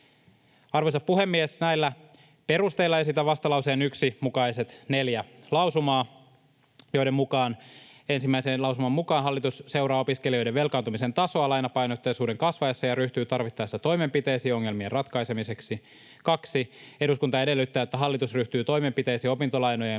Arvoisa puhemies! Näillä perusteilla esitän vastalauseen 1 mukaiset neljä lausumaa: Ensimmäiseen lausuman mukaan ”hallitus seuraa opiskelijoiden velkaantumisen tasoa lainapainotteisuuden kasvaessa ja ryhtyy tarvittaessa toimenpiteisiin ongelmien ratkaisemiseksi. 2. Eduskunta edellyttää, että hallitus ryhtyy toimenpiteisiin opintolainojen